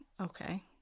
okay